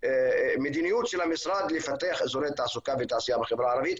מדינות של המשרד לפתח אזורי תעסוקה ותעשייה בחברה הערבית,